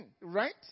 Right